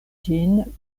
ĝin